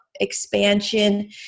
expansion